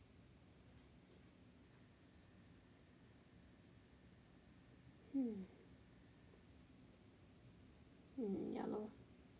mm mm ya lor